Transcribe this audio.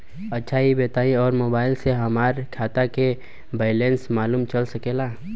अच्छा ई बताईं और मोबाइल से हमार खाता के बइलेंस मालूम चल सकेला?